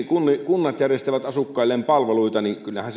kun kunnat järjestävät asukkailleen palveluita niin kyllähän